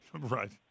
Right